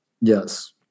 Yes